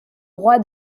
roi